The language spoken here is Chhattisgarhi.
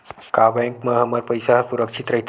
का बैंक म हमर पईसा ह सुरक्षित राइथे?